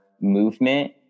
movement